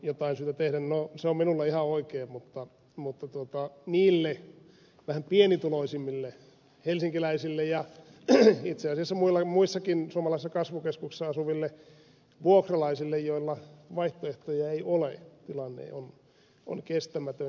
no se on minulle ihan oikein mutta niille vähän pienituloisimmille helsinkiläisille ja itse asiassa muissakin suomalaisissa kasvukeskuksissa asuville vuokralaisille joilla vaihtoehtoja ei ole tilanne on kestämätön